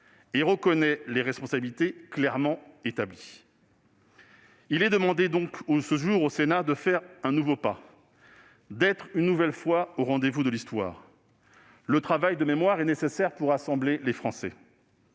et reconnaît les responsabilités clairement établies ». Aujourd'hui, il est demandé au Sénat de faire un nouveau pas, d'être une nouvelle fois au rendez-vous de l'histoire. Le travail de mémoire est nécessaire pour rassembler les Français.